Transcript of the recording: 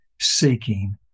seeking